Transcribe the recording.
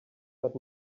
but